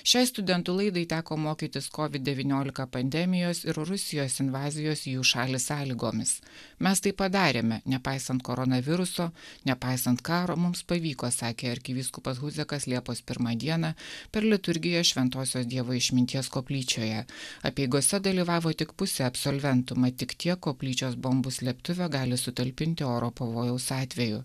šiai studentų laidai teko mokytis kovid devyniolika pandemijos ir rusijos invazijos į jų šalį sąlygomis mes tai padarėme nepaisant koronaviruso nepaisant karo mums pavyko sakė arkivyskupas huzikas liepos pirmą dieną per liturgiją šventosios dievo išminties koplyčioje apeigose dalyvavo tik pusė absolventų mat tik tiek koplyčios bombų slėptuvė gali sutalpinti oro pavojaus atveju